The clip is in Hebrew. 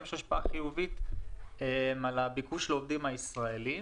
יש השפעה החיובית על הביקוש של העובדים הישראלים